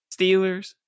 Steelers